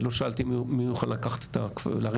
לא שאלתי מי יוכל להרים את הכפפה.